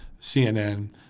CNN